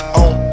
on